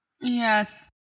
Yes